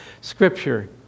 scripture